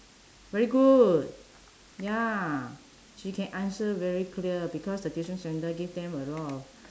very good ya she can answer very clear because the tuition centre give them a lot of